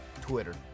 Twitter